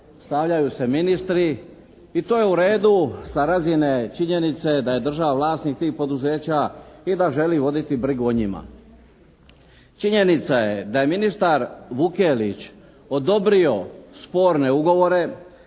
stavljaju se ministri i to je u redu sa razine činjenice da je država vlasnik tih poduzeća i da želi voditi brigu o njima. Činjenica je da je ministar Vukelić odobrio sporne ugovore